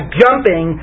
jumping